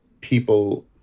people